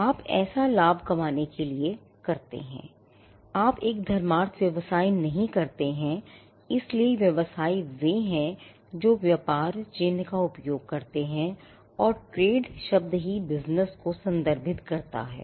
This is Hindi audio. आप ऐसा लाभ कमाने के लिए करते हैंआप एक धर्मार्थ व्यवसाय नहीं करते हैं इसलिए व्यवसाय वे हैं जो व्यापार चिह्न का उपयोग करते हैं और trade शब्द ही business को संदर्भित करता है